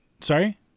Sorry